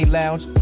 lounge